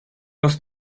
los